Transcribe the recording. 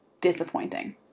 disappointing